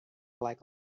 like